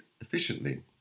efficiently